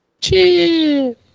Cheers